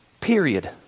Period